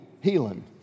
healing